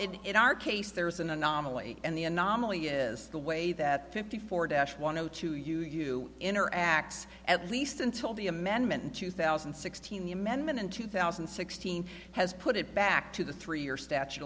is in our case there's an anomaly and the anomaly is the way that fifty four dash one zero two you enter x at least until the amendment in two thousand and sixteen the amendment in two thousand and sixteen has put it back to the three year statute